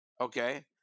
Okay